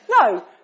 No